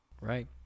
Right